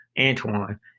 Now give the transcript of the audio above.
Antoine